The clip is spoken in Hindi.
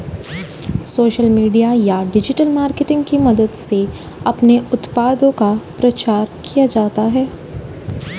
सोशल मीडिया या डिजिटल मार्केटिंग की मदद से अपने उत्पाद का प्रचार किया जाता है